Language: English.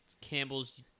Campbell's